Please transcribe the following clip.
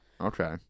Okay